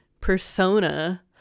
persona